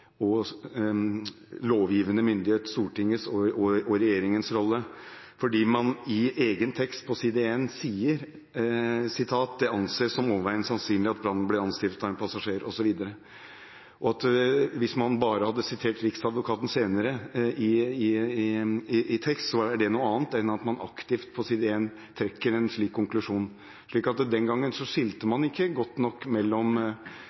regjeringens rolle, fordi man i sin egen tekst, på side 1, sier: «Det regnes som overveiende sannsynlig at brannene ble anstiftet av en passasjer» osv. Hvis man bare hadde sitert Riksadvokaten senere i tekst, er det noe annet enn at man aktivt på side 1 trekker en slik konklusjon. Den gangen skilte man ikke godt nok mellom det som den dømmende myndighet – rettsapparatet – gjør, og det som er Stortingets og regjeringens rolle. Så